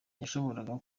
yashoboraga